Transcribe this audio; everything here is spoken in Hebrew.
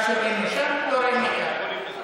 מה שרואים משם לא רואים מכאן.